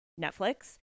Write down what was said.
Netflix